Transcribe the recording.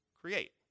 create